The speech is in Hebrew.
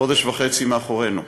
חודש וחצי מאחורינו.